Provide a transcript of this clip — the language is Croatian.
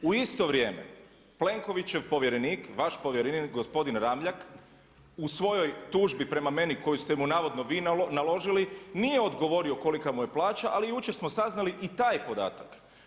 U isto vrijeme Plenkovićev povjerenik, vaš povjerenik gospodin Ramljak u svojoj tužbi prema meni koju ste mu navodno vi naložili nije odgovorio kolika mu je plaća ali jučer smo saznali i taj podatak.